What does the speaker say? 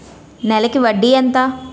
నెలకి వడ్డీ ఎంత?